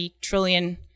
trillion